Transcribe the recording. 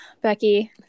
becky